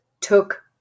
took